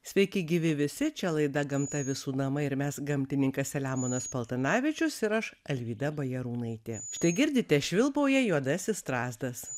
sveiki gyvi visi čia laida gamta visų namai ir mes gamtininkas selemonas paltanavičius ir aš alvyda bajarūnaitė štai girdite švilpauja juodasis strazdas